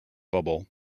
bubble